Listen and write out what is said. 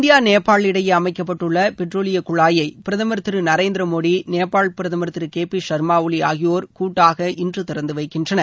India Nepal இடையே அமைக்கப்பட்டுள்ள பெட்ரோலிய குழாயை பிரதமர் திரு நரேந்திர மோடி நேபாள் பிரதமர் திரு கே பி ஷர்மா ஓலி ஆகியோர் கூட்டாக இன்று திறந்து வைக்கின்றனர்